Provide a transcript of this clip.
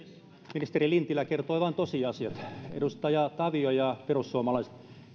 ministeri lintilä kertoi vain tosiasiat edustaja tavio ja perussuomalaiset